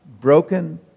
broken